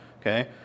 Okay